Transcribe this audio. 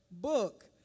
book